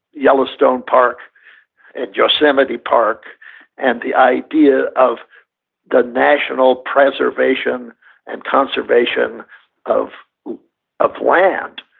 yellowstone park and yosemite park and the idea of the national preservation and conservation of of land,